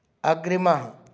अग्रिमः